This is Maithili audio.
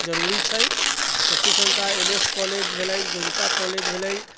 जरुरी छै शिक्षण संस्था एल एस कॉलेज भेलै गोयनका कॉलेज भेलै